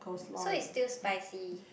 so is still spicy